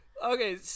Okay